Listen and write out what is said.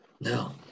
No